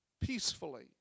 peacefully